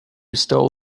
stole